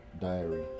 Diary